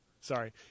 Sorry